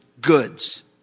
goods